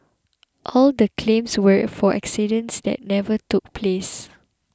all the claims were for accidents that never took place